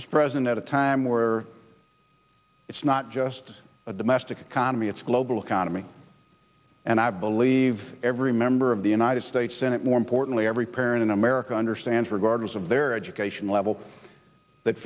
this president at a time where it's not just a domestic economy it's a global economy and i believe every member of the united states senate more importantly every parent in america understands regardless of their education level